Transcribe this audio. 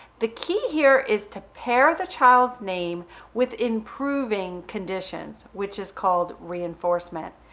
the key here is to pair the child's name with improving conditions, which is called reinforcement.